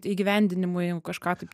įgyvendinimui jeigu kažką taip